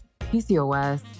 PCOS